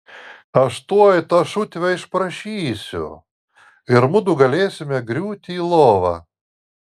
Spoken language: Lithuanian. aš tuoj tą šutvę išprašysiu ir mudu galėsime griūti į lovą